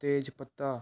ਤੇਜ ਪੱਤਾ